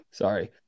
Sorry